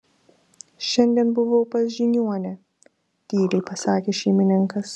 šiandien buvau pas žiniuonę tyliai pasakė šeimininkas